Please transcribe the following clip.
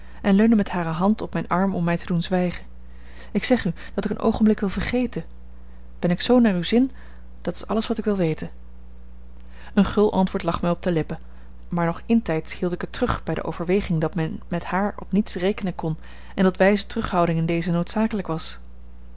en leunde met hare hand op mijn arm om mij te doen zwijgen ik zeg u dat ik een oogenblik wil vergeten ben ik zoo naar uw zin dat is alles wat ik wil weten een gul antwoord lag mij op de lippen maar nog intijds hield ik het terug bij de overweging dat men met haar op niets rekenen kon en dat wijze terughouding in dezen noodzakelijk was